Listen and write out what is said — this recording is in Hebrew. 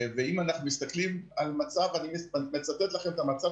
אם אנחנו מסתכלים על מצב אני מצטט לכם את המצב